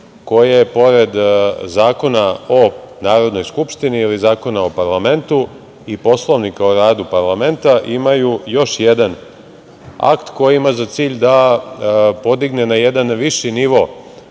koje pored Zakona o Narodnoj skupštini ili Zakona o parlamentu i Poslovnika o radu parlamenta imaju još jedan akt koji ima za cilj da podigne na jedan viši nivo